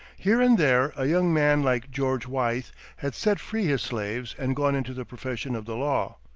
here and there a young man like george wythe had set free his slaves and gone into the profession of the law.